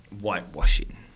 whitewashing